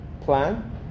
plan